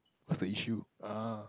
what's the issue ah